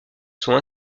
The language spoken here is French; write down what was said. sont